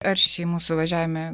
ar šeimų suvažiavime